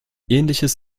ähnliches